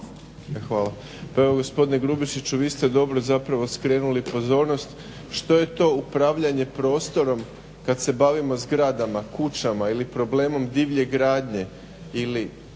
Pa evo gospodine Grubišiću, vi ste dobro zapravo skrenuli pozornost što je to upravljanje prostorom kad se bavimo zgradama, kućama ili problemom divlje gradnje ili